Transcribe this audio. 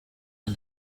and